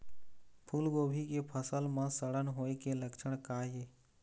फूलगोभी के फसल म सड़न होय के लक्षण का ये?